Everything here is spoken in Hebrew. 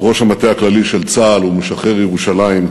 ראש המטה הכללי של צה"ל ומשחרר ירושלים,